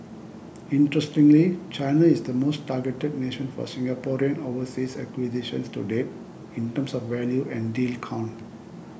interestingly China is the most targeted nation for Singaporean overseas acquisitions to date in terms of value and deal count